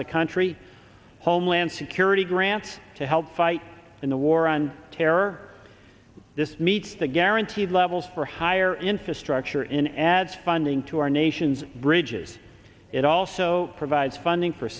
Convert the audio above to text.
the country homeland security grants to help fight in the war on terror this meets to guarantee levels for higher infrastructure in ad funding to our nation's bridges it also provides funding for